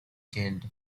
killed